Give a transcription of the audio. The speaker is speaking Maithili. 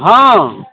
हाँ